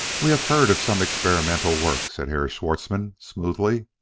we have heard of some experimental work, said herr schwartzmann smoothly.